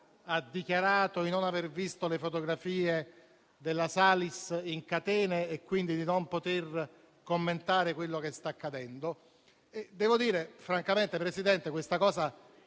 ha dichiarato di non aver visto le fotografie di Ilaria Salis in catene e, quindi, di non poter commentare quello che sta accadendo. Devo dire che francamente, signor Presidente, questo